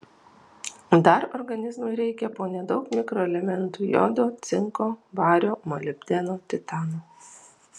dar organizmui reikia po nedaug mikroelementų jodo cinko vario molibdeno titano